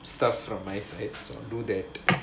start from my side